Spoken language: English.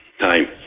time